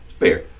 fair